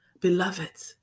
Beloved